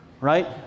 right